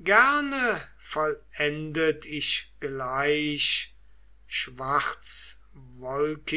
gern vollendet ich gleich schwarzwolkichter